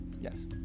Yes